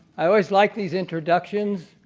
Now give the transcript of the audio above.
i always like these introductions,